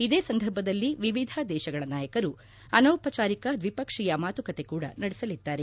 ಇದೇ ಸಂದರ್ಭದಲ್ಲಿ ವಿವಿಧ ದೇಶಗಳ ನಾಯಕರು ಅನೌಪಚಾರಿಕ ದ್ವಿಪಕ್ಷೀಯ ಮಾತುಕತೆ ಕೂಡ ನಡೆಸಲಿದ್ದಾರೆ